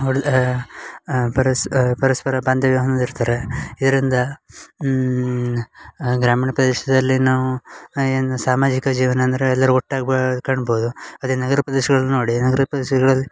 ಹೊಡುದು ಪರಸ್ ಪರಸ್ಪರ ಬಾಂಧವ್ಯ ಹೊಂದಿರ್ತಾರೆ ಇದರಿಂದ ಆ ಗ್ರಾಮೀಣ ಪ್ರದೇಶದಲ್ಲೇ ನಾವು ಏನು ಸಾಮಾಜಿಕ ಜೀವನ ಅಂದರೆ ಎಲ್ಲರೂ ಒಟ್ಟಾಗಿ ಬಾ ಕಾಣ್ಬೌದು ಅದೇ ನಗರ ಪ್ರದೇಶಗಳು ನೋಡಿ ನಗರ ಪ್ರದೇಶಗಳಲ್ಲಿ